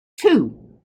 two